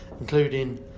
including